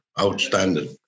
Outstanding